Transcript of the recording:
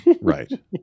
Right